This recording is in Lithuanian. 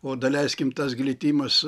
o daleiskim tas glitimas